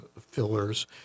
fillers